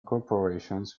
corporations